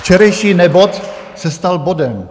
Včerejší nebod se stal bodem.